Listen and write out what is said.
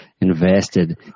invested